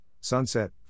Sunset